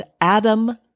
Adam